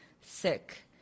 sick